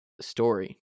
story